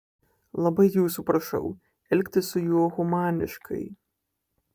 labai jūsų prašau elgtis su juo humaniškai